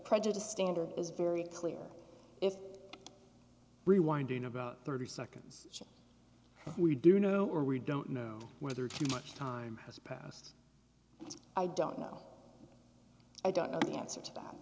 prejudice standard is very clear if rewinding about thirty seconds we do know or we don't know whether too much time has passed i don't know i don't know the answer to that